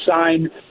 sign